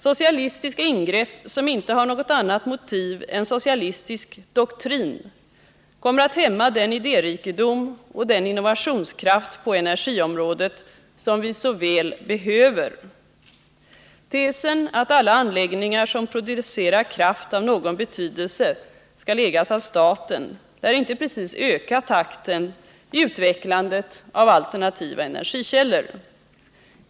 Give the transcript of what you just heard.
Socialistiska ingrepp som inte har något annat motiv än socialistisk doktrin kommer att hämma den idérikedom och den innovationskraft på energiområdet som vi så väl behöver. Tesen att alla anläggningar som producerar kraft av någon betydelse skall ägas av staten lär inte precis öka tempot i utvecklandet av alternativa energikällor.